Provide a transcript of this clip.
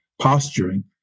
posturing